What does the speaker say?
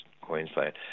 Queensland